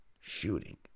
shooting